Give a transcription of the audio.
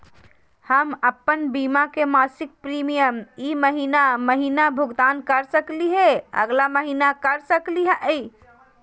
हम अप्पन बीमा के मासिक प्रीमियम ई महीना महिना भुगतान कर सकली हे, अगला महीना कर सकली हई?